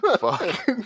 Fuck